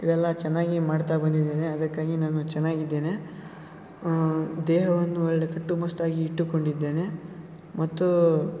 ಇವೆಲ್ಲ ಚೆನ್ನಾಗಿ ಮಾಡ್ತಾ ಬಂದಿದ್ದೇನೆ ಅದಕ್ಕಾಗಿ ನಾನು ಚೆನ್ನಾಗಿದ್ದೇನೆ ದೇಹವನ್ನು ಒಳ್ಳೆಯ ಕಟ್ಟುಮಸ್ತಾಗಿ ಇಟ್ಟುಕೊಂಡಿದ್ದೇನೆ ಮತ್ತು